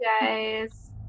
guys